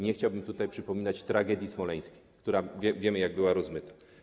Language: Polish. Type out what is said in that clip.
Nie chciałbym tutaj przypominać tragedii smoleńskiej, która wiemy, jak była rozmyta.